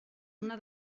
una